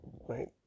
right